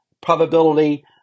probability